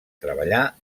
treballar